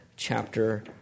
Chapter